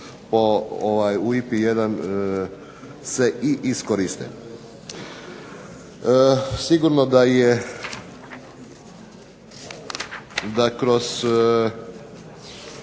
u IPA-i 1 se i iskoriste. Sigurno da je, da kroz